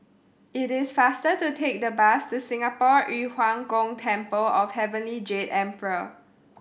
it is faster to take the bus to Singapore Yu Huang Gong Temple of Heavenly Jade Emperor